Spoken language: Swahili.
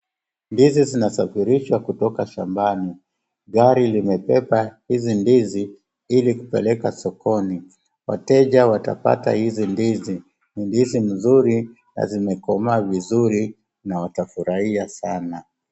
Ndizi zinasafarishwa kutoka shambani. Gari limebeba hizi ndizi ili kupeleka sokoni. Wateja watapata hizi ndizi. Ni ndizi nzuri na zimekomaa vizuri, na watafurahia sana.